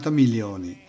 milioni